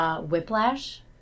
Whiplash